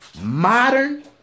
modern